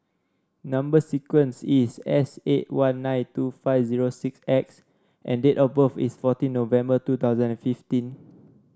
number sequence is S eight one nine two five zero six X and date of birth is fourteen November two thousand and fifteen